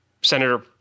Senator